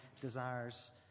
desires